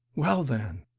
well, then?